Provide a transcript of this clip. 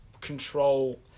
control